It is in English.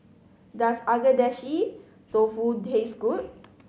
does Agedashi Dofu taste good